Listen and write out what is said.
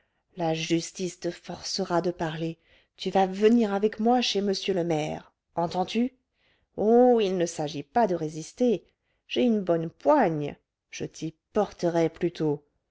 la justice te forcera de parler tu vas venir avec moi chez m le maire entends-tu oh il ne s'agit pas de résister j'ai une bonne poigne je t'y porterai plutôt